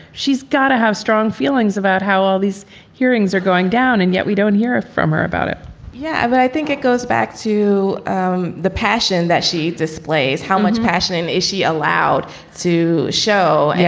she's to have strong feelings about how all these hearings are going down, and yet we don't hear from her about it yeah, but i think it goes back to um the passion that she displays. how much passion and is she allowed to show? and,